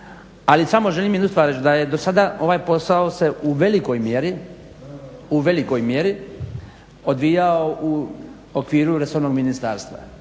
stvar reći da je do sada ovaj posao se u velikoj mjeri odvijao u okviru resornog ministarstva